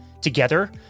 Together